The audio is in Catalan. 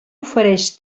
ofereix